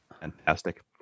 Fantastic